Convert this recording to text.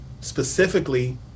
specifically